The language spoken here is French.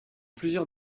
plusieurs